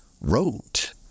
wrote